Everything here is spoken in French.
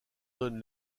donne